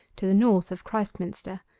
to the north of christminster,